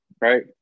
right